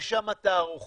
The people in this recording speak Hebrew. יש שם תערוכות